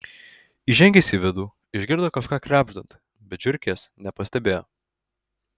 įžengęs į vidų išgirdo kažką krebždant bet žiurkės nepastebėjo